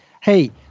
Hey